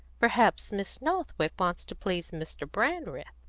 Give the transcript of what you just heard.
perhaps miss northwick wants to please mr. brandreth.